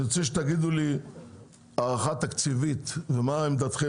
אני מבקש לקבל הערכה תקציבית ומה עמדתכם